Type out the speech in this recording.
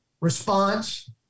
response